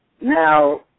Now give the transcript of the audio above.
now